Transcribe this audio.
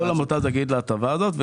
כל עמותה זכאית להטבה הזאת.